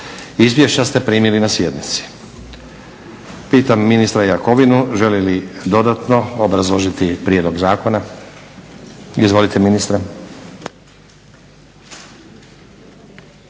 Izvješća ste primili na sjednici. Pitam ministra Jakovinu želi li dodatno obrazložiti prijedlog zakona? Izvolite ministre.